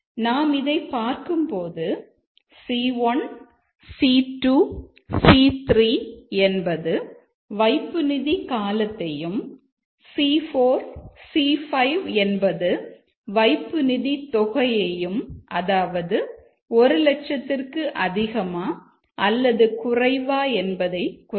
நாம் இதை பார்க்கும்போது C1 C2 C3 என்பது வைப்புநிதி காலத்தையும் C4 C5 என்பது வைப்புநிதி தொகையையும் அதாவது 1 லட்சத்திற்கு அதிகமாக அல்லது குறைவா என்பதை குறிக்கும்